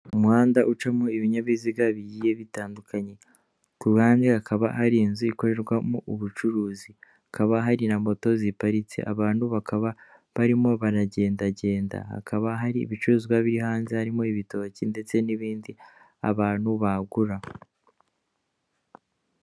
Umuhanda ucamo ibinyabiziga bigiye bitandukanye. Ku rubande hakaba hari inzu ikorerwamo ubucuruzi. Hakaba hari na moto ziparitse. Abantu bakaba barimo banagendagenda. Hakaba hari ibicuruzwa biri hanze, harimo ibitoki ndetse n'ibindi abantu bagura.